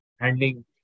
Handling